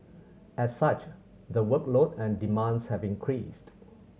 as such the workload and demands have increased